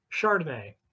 Chardonnay